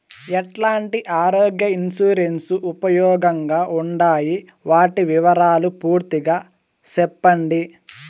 ఎట్లాంటి ఆరోగ్య ఇన్సూరెన్సు ఉపయోగం గా ఉండాయి వాటి వివరాలు పూర్తిగా సెప్పండి?